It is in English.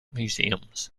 museums